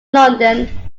london